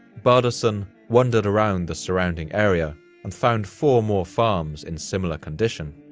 bardason wandered around the surrounding area and found four more farms in similar condition.